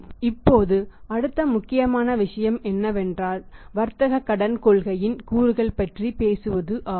இப்போது அடுத்த முக்கியமான விஷயம் என்னவென்றால் வர்த்தக கடன் கொள்கையின் கூறுகள் பற்றி பேசுவதும் ஆகும்